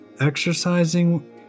Exercising